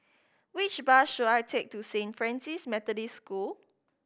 which bus should I take to Saint Francis Methodist School